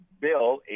bill